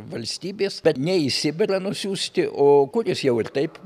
valstybės bet ne į sibirą nusiųsti o kur jisai jau ir taip